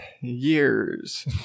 years